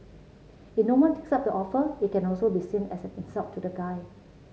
in no one takes up the offer it can also be seen as an insult to the guy